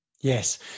yes